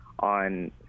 On